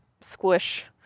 squish